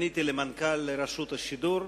למנכ"ל רשות השידור,